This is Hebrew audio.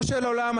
ריבונו של עולם,